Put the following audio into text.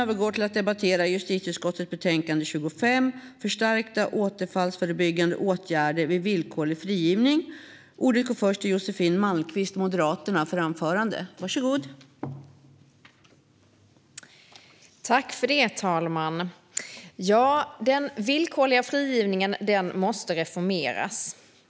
Fru talman! Den villkorliga frigivningen måste reformeras.